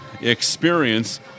Experience